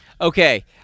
okay